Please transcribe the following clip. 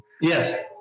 Yes